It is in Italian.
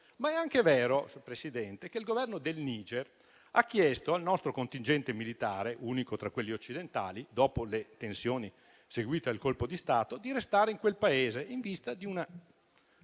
ma è anche vero che il governo del Niger ha chiesto al nostro contingente militare - unico tra quelli occidentali - dopo le tensioni seguite al colpo di Stato, di restare in quel Paese in vista di una